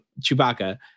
Chewbacca